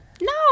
No